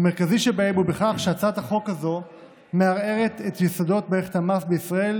המרכזי שבהם הוא שהצעת החוק הזאת מערערת את יסודות מערכת המס בישראל